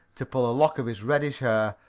to pull a lock of his reddish hair,